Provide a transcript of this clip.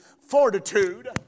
fortitude